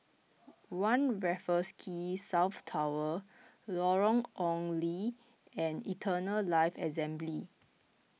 one Raffles Quay South Tower Lorong Ong Lye and Eternal Life Assembly